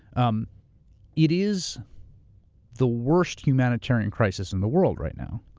um it is the worst humanitarian crisis in the world right now.